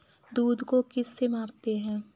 दूध को किस से मापते हैं?